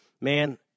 man